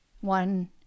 One